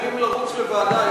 אנחנו חייבים לרוץ לוועדה.